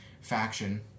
faction